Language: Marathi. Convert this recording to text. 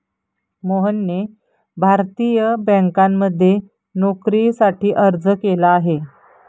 मोहनने भारतीय बँकांमध्ये नोकरीसाठी अर्ज केला आहे